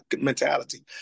mentality